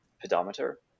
pedometer